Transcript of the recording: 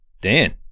Dan